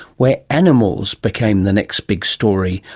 where animals became the next big story.